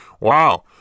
Wow